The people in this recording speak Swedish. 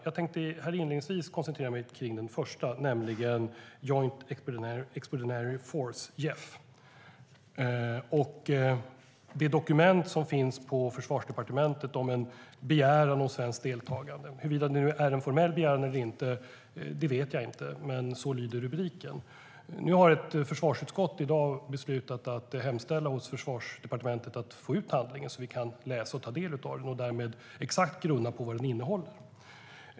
Jag tänkte inledningsvis koncentrera mig på den första, nämligen Joint Expeditionary Force, JEF, och det dokument som finns på Försvarsdepartementet om en begäran om svenskt deltagande. Huruvida det är en formell begäran eller inte vet jag inte, men så lyder rubriken. Försvarsutskottet har i dag beslutat att hemställa hos Försvarsdepartementet att få ut handlingen så att vi kan ta del av och läsa den och därmed grunna på vad exakt den innehåller.